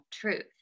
truth